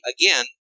again